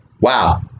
Wow